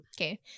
okay